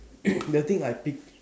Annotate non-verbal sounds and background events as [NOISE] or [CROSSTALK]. [NOISE] the thing I pick